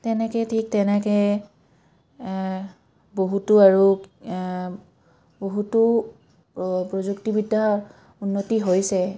তেনেকৈ ঠিক তেনেকৈ বহুতো আৰু বহুতো প্ৰযুক্তিবিদ্যাৰ উন্নতি হৈছে